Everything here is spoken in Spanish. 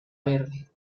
verde